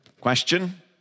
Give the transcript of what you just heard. Question